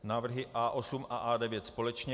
Návrhy A8 a A9 společně.